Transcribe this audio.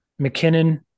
McKinnon